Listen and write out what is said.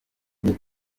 igihe